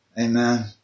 Amen